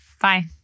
Bye